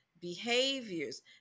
behaviors